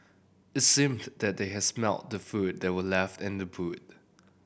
it seemed that they had smelt the food that were left in the boot